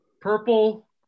purple